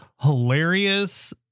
hilarious